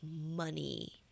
money